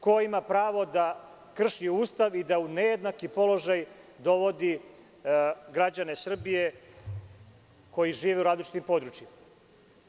Ko ima pravo da krši Ustav i da u nejednaki položaj dovodi građane Srbije koji žive u različitim područjima?